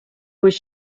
was